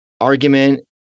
argument